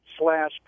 slash